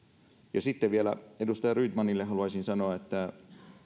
sitten vielä edustaja rydmanille haluaisin sanoa että